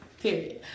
Period